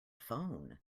phone